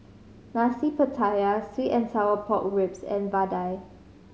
Nasi Pattaya sweet and sour pork ribs and vadai